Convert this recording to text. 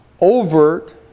overt